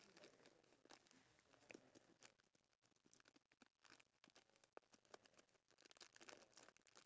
but at the same time maybe like the people from other country who have like high rates of divorce